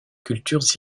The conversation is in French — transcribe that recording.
cultures